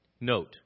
note